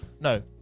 No